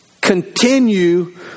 continue